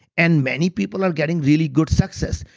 and many people are getting really good success.